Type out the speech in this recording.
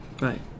Right